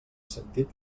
sentit